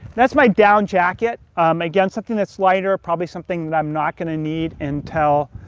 that's my down jacket. again, something that's lighter, probably something that i'm not gonna need until